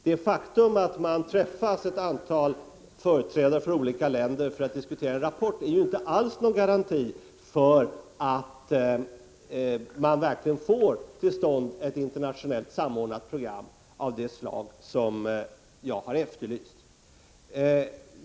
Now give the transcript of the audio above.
Det faktum att ett antal företrädare för olika länder träffas för att diskutera en rapport är inte alls någon garanti för att man verkligen får till stånd ett internationellt samordnat program av det slag som jag har efterlyst.